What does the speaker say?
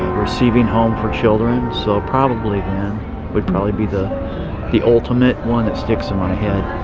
receiving home for children. so, probably then would probably be the the ultimate one that sticks in my